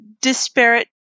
disparate